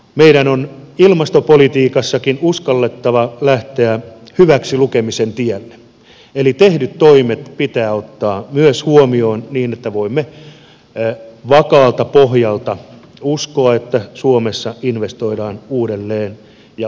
meidän on ilmastopolitiikassakin uskallettava lähteä hyväksilukemisen tielle eli myös tehdyt toimet pitää ottaa huomioon niin että voimme vakaalta pohjalta uskoa että suomessa investoidaan uudelleen ja uuteenkin teknologiaan